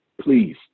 please